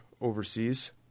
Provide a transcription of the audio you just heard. overseas